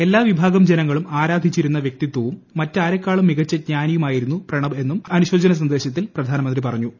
എല്ലാ വിഭാഗം ജനങ്ങളും ആരാധിച്ചിരുന്ന വൃക്തിതവും മറ്റാരെക്കാളും മികച്ച ജ്ഞാനിയുമായിരുന്നു പ്രണബ് എന്നും അനുശോചന സന്ദേശത്തിൽ പ്രധാനമന്ത്രി പറഞ്ഞു